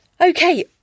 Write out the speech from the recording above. Okay